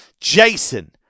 Jason